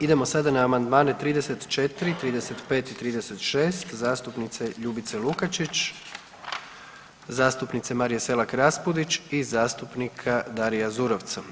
Idemo sada na amandmane 34., 35. i 36. zastupnice Ljubice Lukačić, zastupnice Marije Selak Raspudić i zastupnika Daria Zurovca.